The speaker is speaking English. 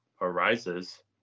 arises